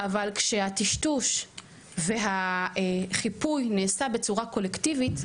אבל כשהטשטוש והחיפוי נעשים בצורה קולקטיבית,